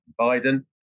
Biden